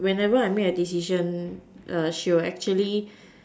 whenever I make a decision she will actually